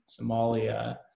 Somalia